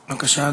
בבקשה,